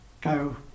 go